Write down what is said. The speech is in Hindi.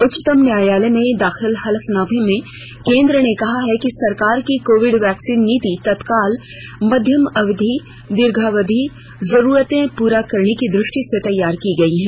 उच्चतम न्यायालय में दाखिल हलफनामे में केन्द्र ने कहा है कि सरकार की कोविड वैक्सीन नीति तत्काल मध्यम अवधि और दीर्घावधि जरूरतें पूरी करने की दृष्टि से तैयार की गई है